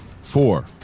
four